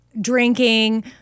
drinking